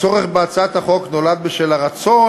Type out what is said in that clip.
הצורך בהצעת החוק נולד בשל הרצון,